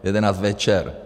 V 11 večer!